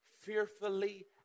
fearfully